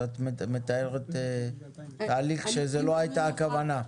אז את מתארת תהליך שזו לא הייתה כוונה.